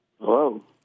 Hello